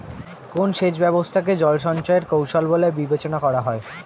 কোন সেচ ব্যবস্থা কে জল সঞ্চয় এর কৌশল বলে বিবেচনা করা হয়?